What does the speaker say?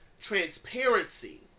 transparency